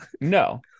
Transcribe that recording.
No